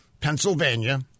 Pennsylvania